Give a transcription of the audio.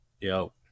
Yo